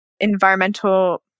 environmental